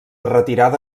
retirada